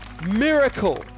miracle